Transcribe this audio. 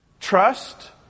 Trust